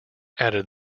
added